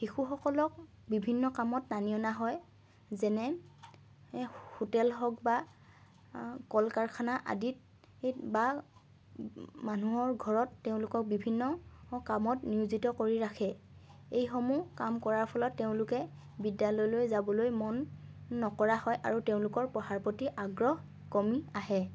শিশুসকলক বিভিন্ন কামত টানি অনা হয় যেনে হোটেল হওক বা কল কাৰখানা আদিত বা মানুহৰ ঘৰত তেওঁলোকক বিভিন্ন কামত নিয়োজিত কৰি ৰাখে এইসমূহ কাম কৰাৰ ফলত তেওঁলোকে বিদ্যালয়লৈ যাবলৈ মন নকৰা হয় আৰু তেওঁলোকৰ পঢ়াৰ প্ৰতি আগ্ৰহ কমি আহে